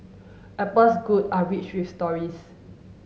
apple's good are rich with stories